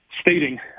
stating